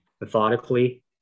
methodically